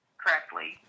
correctly